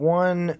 one